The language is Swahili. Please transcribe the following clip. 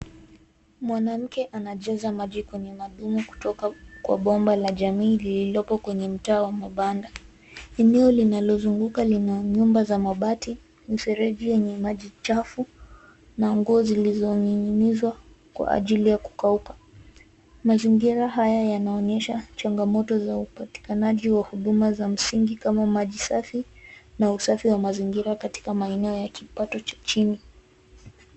Mwanamke anajaza maji kwenye madumu kutoka kwa bomba la jamii lilipo kwenye mtaa wa mabanda. Eneo linalozunguka lina nyumba za mabati, mfereji yenye maji chafu na nguo zilizoning'nizwa kwa ajili ya kukauka. Mazingira haya yanaonyesha changamoto za upatikanaji wa huduma za msingi kama maji safi na usafi wa mazingira katika maeneo ya kipato cha chini.